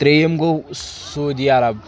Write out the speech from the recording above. ترٛیِم گوٚو سعوٗدی عرب